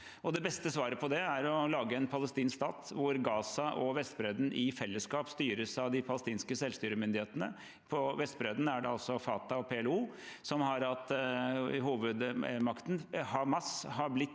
Det beste svaret på det er å lage en palestinsk stat hvor Gaza og Vestbredden i fellesskap styres av de palestinske selvstyremyndighetene. På Vestbredden er det altså Fatah og PLO som har hatt hovedmakten. Hamas har i